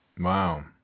Wow